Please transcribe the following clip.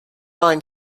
mind